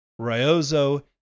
Ryozo